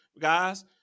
guys